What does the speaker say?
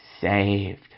saved